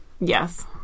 yes